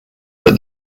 that